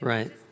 Right